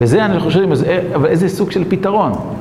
וזה אני חושב, אבל איזה סוג של פתרון.